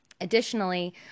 Additionally